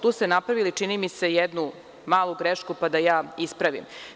Tu ste napravili, čini mi se, jednu malu grešku, pa da ja ispravim.